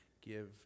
give